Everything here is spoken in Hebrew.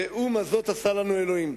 ראו מה זאת עשה לנו אלוהים.